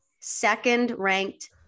second-ranked